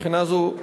מבחינה זו,